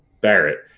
Barrett